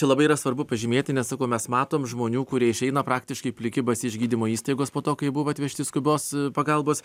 čia labai yra svarbu pažymėti nes sakau mes matom žmonių kurie išeina praktiškai pliki basi iš gydymo įstaigos po to kai buvo atvežti skubios pagalbos